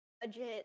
budget